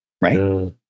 right